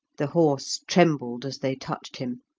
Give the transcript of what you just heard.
the horse trembled as they touched him.